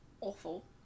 awful